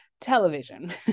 Television